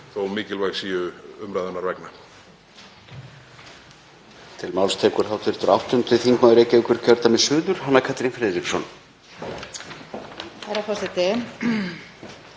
þótt mikilvæg séu umræðunnar vegna.